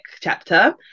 chapter